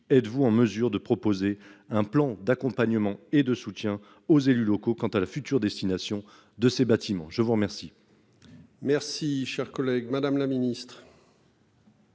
êtes-vous en mesure de proposer un plan d'accompagnement et de soutien aux élus locaux. Quant à la future destination de ces bâtiments. Je vous remercie. Merci cher collègue. Madame la Ministre.